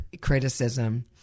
criticism